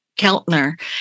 Keltner